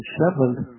seventh